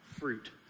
fruit